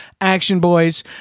actionboys